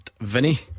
Vinny